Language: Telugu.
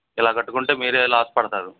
ఇలా కట్టుకుంటే మీరే లాస్ పడతారు